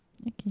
okay